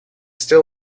still